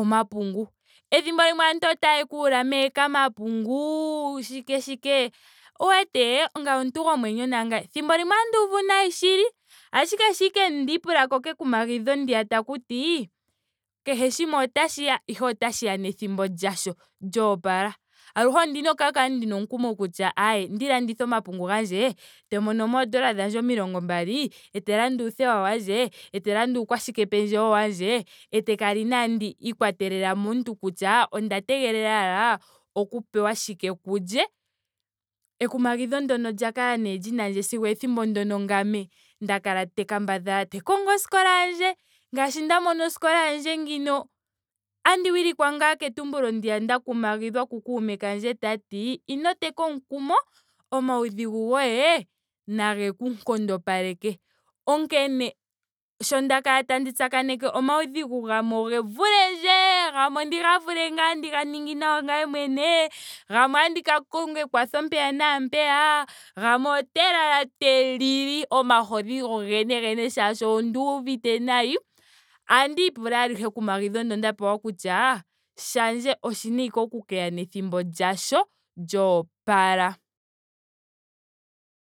Omapungu. Ethimbo limwe aantu otaya ku ula mee kamapungu. shike shike. owu wete ngame omuntu gomwenyo nangame. Ethimbo limwe otandi uvu nayi shili ashike shampa ashike wa ipula ko kekumagidho ndiya takuti kehe shimwe otashiya. ashike otashi ya nethimbo lyasho lyoopala. Aluhe ondina oku kala ndina omukumo kutya ae nandi landitha omapungu gandje. tandi monomo oodola dhandje omilongo mbali etandi landa uuthewa wandje. etandi landa uukwashikependjewo wandje. etandi kala inaandi ikwatelela momuntu kutya onda tegelela ashike oku pewa shike kulye. Ekumagidho ndyoka olya kala nee lina ndje sigo ethimbo ndyoka ngame nda kala tandi kambadhala. Te kongo oskola yandje. ngaashi nda mono oskola yandje ngino. otandi wilikwa ngaa ketumbo ndiya nda kumagidhwa ku kuuume kandje tati ino teka omukum. omaudhigu goye nage ku nkondopaleke. Onkene sho nda kala tandi tsakaneke omaudhigu gamwe oge vulendje. gamwe ondiga vule ngame otandi ga ningi nawa ngame mwene. gamwe otandi ka konga ekwatho mpeya naampeya. gamwe ote lala te lili omagodhi gogene gene molwaashoka onduuvite nayi. Ohandi ipula aluhe ekumagidho ndyoka nda pewa kutya shandje oshina ashike oku keya nethimbo lyasho lyoopala.